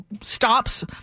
stops